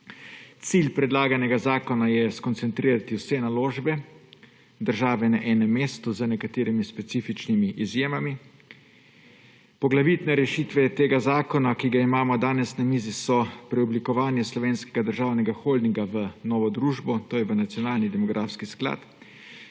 Cilj predlaganega zakona je skoncentrirati vse naložbe države na enem mestu, z nekaterimi specifičnimi izjemami. Poglavitne rešitve tega zakona, ki ga imamo danes na mizi, so preoblikovanje Slovenskega državnega holdinga v novo družbo, to je v nacionalni demografski sklad,